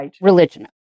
religion